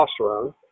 testosterone